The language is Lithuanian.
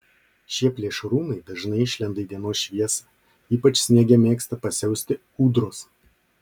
šie plėšrūnai dažnai išlenda į dienos šviesą ypač sniege mėgsta pasiausti ūdros